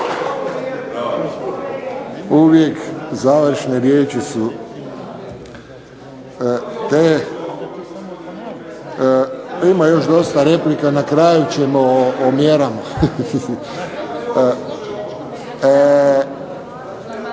Uvijek završne riječi su te. Ima još dosta replika, na kraju ćemo o mjerama.